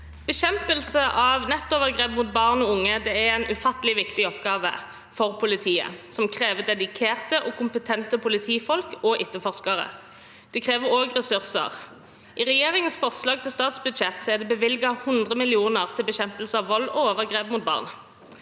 Bekjempelse av nettovergrep mot barn og unge er en ufattelig viktig oppgave for politiet som krever dedikerte og kompetente politifolk og etterforskere. Det krever også ressurser. I regjeringens forslag til statsbudsjett er det bevilget 100 mill. kr til bekjempelse av vold og overgrep mot barn.